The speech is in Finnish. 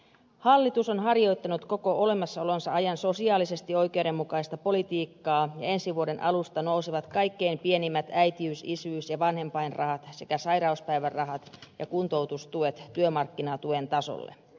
hallitus on harjoittanut koko olemassaolonsa ajan sosiaalisesti oikeudenmukaista politiikkaa ja ensi vuoden alusta nousevat kaikkein pienimmät äitiys isyys ja vanhempainrahat sekä sairauspäivärahat ja kuntoutustuet työmarkkinatuen tasolle